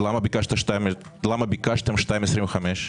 אז למה ביקשתם 2.25?